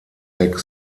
heck